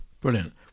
Brilliant